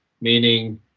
meaning